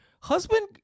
husband